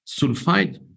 sulfide